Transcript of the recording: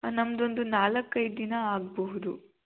ನಮ್ದು ಒಂದು ನಾಲ್ಕೈದು ದಿನ ಆಗಬಹುದು